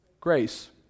Grace